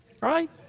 Right